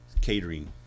Catering